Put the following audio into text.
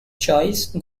choice